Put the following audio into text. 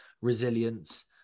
resilience